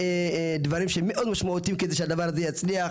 דברים שהם מאוד משמעותיים כדי שהדבר הזה יצליח,